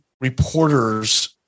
reporters